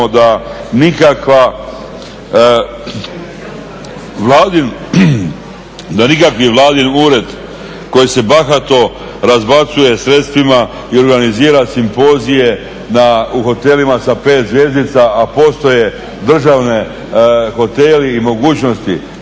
da nikakav vladin ured koji se bahato razbacuje sredstvima i organizira simpozije u hotelima sa pet zvjezdica, a postoje državni hoteli i mogućnosti